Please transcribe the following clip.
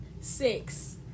Six